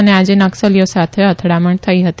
અને આજે નકસલીઓ સાથે અથડામણ થઇ હતી